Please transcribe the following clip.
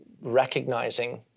recognizing